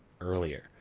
earlier